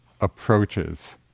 approaches